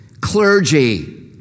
Clergy